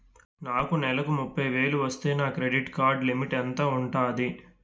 నాకు నెలకు ముప్పై వేలు వస్తే నా క్రెడిట్ కార్డ్ లిమిట్ ఎంత ఉంటాది?